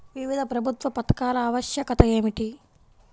వివిధ ప్రభుత్వ పథకాల ఆవశ్యకత ఏమిటీ?